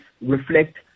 reflect